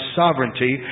sovereignty